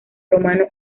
romano